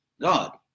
God